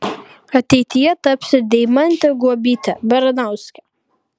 ateityje tapsiu deimante guobyte baranauske